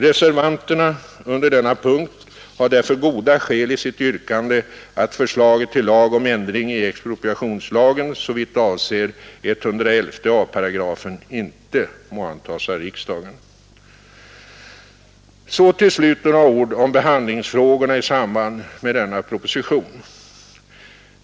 Reservanterna under denna punkt har därför goda skäl till sitt yrkande att förslaget till lag om ändring i expropriationslagen såvitt avser 111 a 8 inte må antas av riksdagen. Så till slut några ord om behandlingsfrågorna i samband med denna proposition.